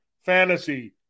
Fantasy